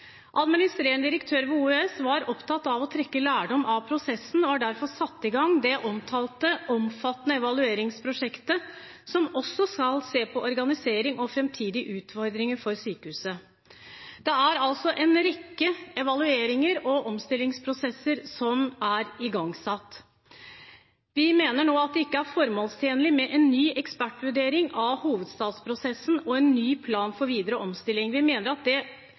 Administrerende direktør ved OUS var opptatt av å trekke lærdom av prosessen og har derfor satt i gang det omtalte, omfattende evalueringsprosjektet som også skal se på organisering og framtidige utfordringer for sykehuset. Det er altså en rekke evalueringer og omstillingsprosesser som er igangsatt. Vi mener nå at det ikke er formålstjenlig med en ny ekspertvurdering av hovedstadsprosessen og en ny plan for videre omstilling. Vi mener at det